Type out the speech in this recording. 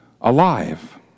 alive